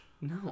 No